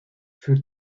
für